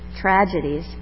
tragedies